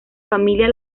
familia